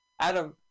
Adam